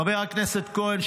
חבר הכנסת כהן,